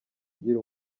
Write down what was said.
gira